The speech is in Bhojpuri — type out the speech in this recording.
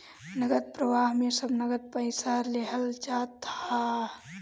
नगद प्रवाह में सब नगद पईसा लेहल जात हअ